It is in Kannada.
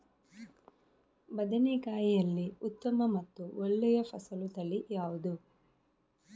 ಬದನೆಕಾಯಿಯಲ್ಲಿ ಉತ್ತಮ ಮತ್ತು ಒಳ್ಳೆಯ ಫಸಲು ತಳಿ ಯಾವ್ದು?